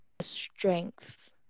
strength